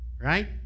right